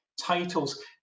titles